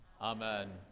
Amen